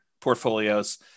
portfolios